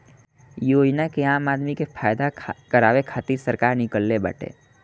इ योजना के आम आदमी के फायदा करावे खातिर सरकार निकलले बाटे